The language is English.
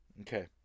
Okay